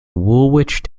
woolwich